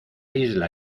isla